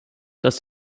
dass